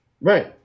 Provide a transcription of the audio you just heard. Right